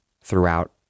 throughout